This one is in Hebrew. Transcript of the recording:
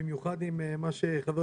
במיוחד עם הנושא שח"כ